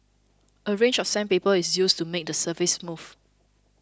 a range of sandpaper is used to make the surface smooth